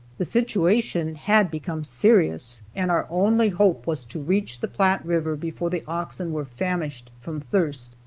the situation had become serious and our only hope was to reach the platte river before the oxen were famished from thirst.